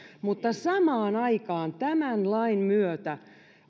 mutta samaan aikaan tämän lain myötä